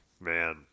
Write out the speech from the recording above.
man